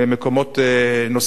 מקומות נוספים: